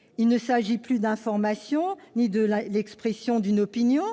la diffusion d'une information ou de l'expression d'une opinion,